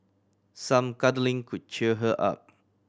some cuddling could cheer her up